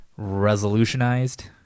resolutionized